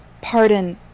pardon